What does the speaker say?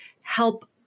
help